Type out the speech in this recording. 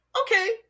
Okay